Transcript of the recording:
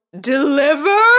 deliver